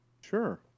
Sure